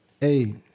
Hey